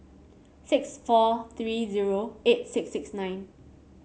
six four three zero eight six six nine